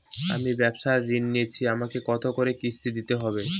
আমি ব্যবসার ঋণ নিয়েছি আমাকে কত করে কিস্তি দিতে হবে?